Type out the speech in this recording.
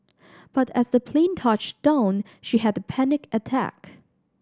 but as the plane touched down she had a panic attack